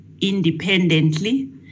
independently